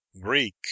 Greek